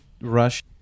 rush